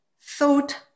thought